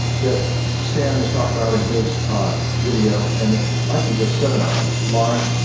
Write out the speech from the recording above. that stan has talked about in his video and that i teach those seven elements, line,